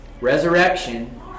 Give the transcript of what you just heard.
resurrection